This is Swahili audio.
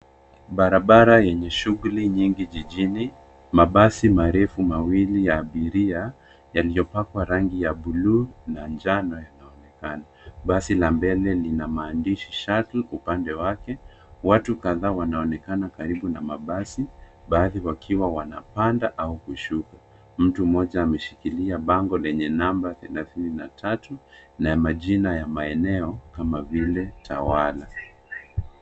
Barabara yenye shughuli nyingi jijini. Mabasi marefu mawili ya abiria, yaliyopakwa rangi ya bluu na njano yanaonekana. Basi la mbele lina maandishi Shuttle upande wake. Watu kadhaa wanaonekana karibu na mabasi, baadhi wakiwa wanapanda au kushuka. Mtu mmoja ameshikilia bango lenye namba thelathini na tatu na majina ya maeneo kama vile; Utawala.